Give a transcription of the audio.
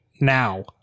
now